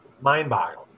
mind-boggling